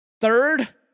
Third